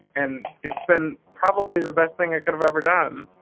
and it's been probably the best thing i could have ever done.